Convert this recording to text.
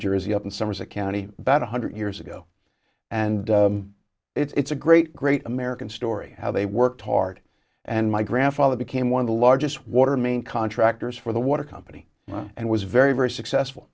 jersey up in somerset county about one hundred years ago and it's a great great american story how they worked hard and my grandfather became one of the largest water main contractors for the water company and was very very successful